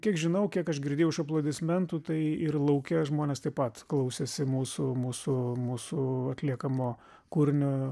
kiek žinau kiek aš girdėjau iš aplodismentų tai ir lauke žmonės taip pat klausėsi mūsų mūsų mūsų atliekamo kūrinio